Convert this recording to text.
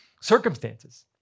circumstances